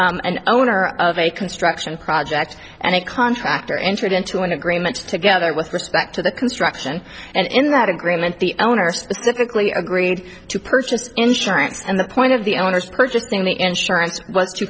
with an owner of a construction project and a contractor entered into an agreement together with respect to the construction and in that agreement the owner specifically agreed to purchase insurance and the point of the owner's purchasing the insurance w